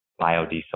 biodiesel